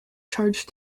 charge